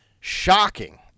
shocking